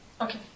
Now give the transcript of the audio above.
Okay